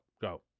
go